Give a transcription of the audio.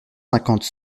cinquante